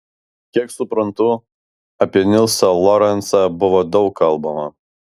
kiek suprantu apie nilsą lorencą buvo daug kalbama